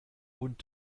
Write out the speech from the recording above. und